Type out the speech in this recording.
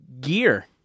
gear